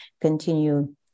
continue